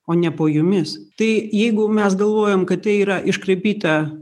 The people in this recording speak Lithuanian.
o ne po jumis tai jeigu mes galvojam kad tai yra iškraipyta